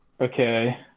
Okay